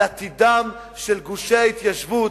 על עתידם של גושי ההתיישבות,